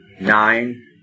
nine